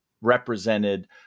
represented